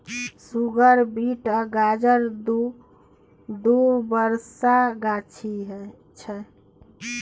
सुगर beet आ गाजर दु बरखा गाछ छै